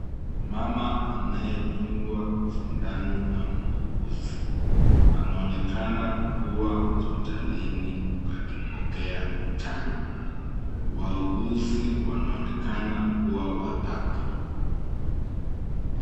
Mama anayedungwa sindano na muuguzi, anaonekana kuwa hosiptalini akipokea chanjo. Wauguzi wanaonekana kuwa watatu.